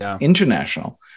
international